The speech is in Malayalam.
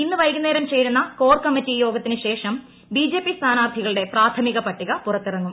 ഇന്ന് വൈകുന്നേരം ചേരുന്ന കോർ കമ്മിറ്റി യോഗത്തിന് ശേഷം ബിജെപി സ്ഥാനാർത്ഥികളുടെ പ്രാഥമിക പട്ടിക പുറത്തിറങ്ങും